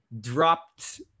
dropped